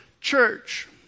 church